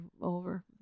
over